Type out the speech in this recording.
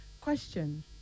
Question